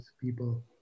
people